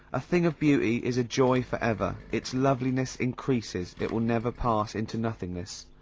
a thing of beauty is a joy forever. it's loveliness increases it will never pass into nothingness.